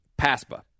PASPA